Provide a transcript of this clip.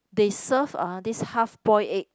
they serve uh this half boil egg